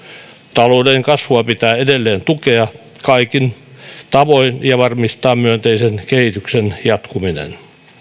talouden kasvua pitää edelleen tukea kaikin tavoin ja varmistaa myönteisen kehityksen jatkuminen